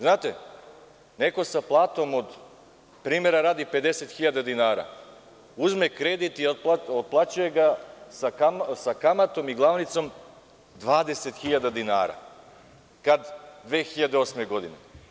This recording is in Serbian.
Znate, neko sa platom od, primera radi, 50.000 dinara uzme kredit i otplaćuje ga sa kamatom i glavnicom 20.000 dinara, kad, 2008. godine.